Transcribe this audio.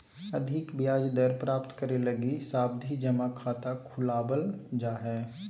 अधिक ब्याज दर प्राप्त करे लगी सावधि जमा खाता खुलवावल जा हय